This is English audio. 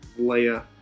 Leia